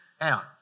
out